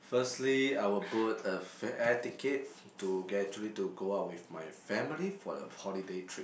firstly I will book a fer~ air ticket to get ready to go out with my family for the holiday trip